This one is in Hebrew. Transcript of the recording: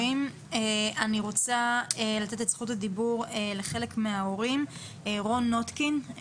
אני רוצה לתת את זכות הדיבור לחלק מההורים רון נוטקין,